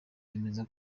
bemeza